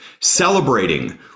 celebrating